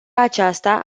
aceasta